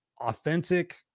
authentic